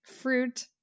fruit